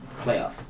Playoff